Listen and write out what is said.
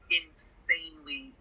insanely